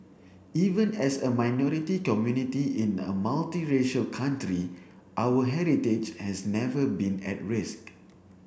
even as a minority community in a multiracial country our heritage has never been at risk